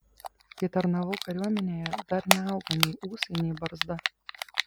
kai tarnavau kariuomenėje dar neaugo nei ūsai nei barzda